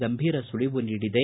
ಗಂಭೀರ ಸುಳವು ನೀಡಿದೆ